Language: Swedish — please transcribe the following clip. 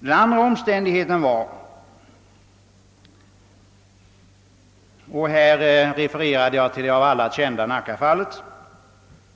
Den andra omständigheten var — och här refererade jag till det av alla kända Nackafallet